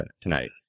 tonight